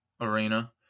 arena